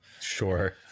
Sure